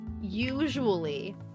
usually